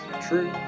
True